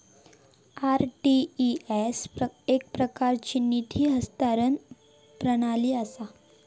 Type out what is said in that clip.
RTGS एकप्रकारची निधी हस्तांतरण प्रणाली असा